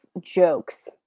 jokes